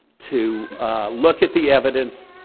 to look at the evidence,